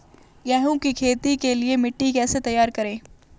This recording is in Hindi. गेहूँ की खेती के लिए मिट्टी कैसे तैयार करें?